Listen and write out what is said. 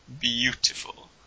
beautiful